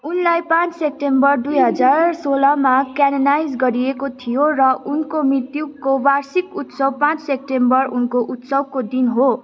उनलाई पाँच सेप्टेम्बर दुई हजार सोलमा क्यानोनाइज गरिएको थियो र उनको मृत्युको वार्षिक उत्सव पाँच सेप्टेम्बर उनको उत्सवको दिन हो